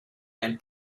ein